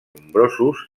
nombrosos